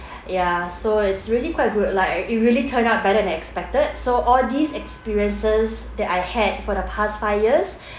ya so it's really quite good like it really turned out better than expected so all these experiences that I had for the past five years